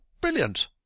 brilliant